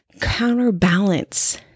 counterbalance